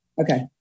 Okay